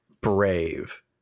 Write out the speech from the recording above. brave